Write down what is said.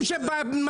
אתה גזען וחוצפן.